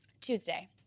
Tuesday